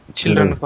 children